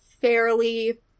fairly